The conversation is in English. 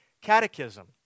Catechism